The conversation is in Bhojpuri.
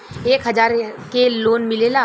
एक हजार के लोन मिलेला?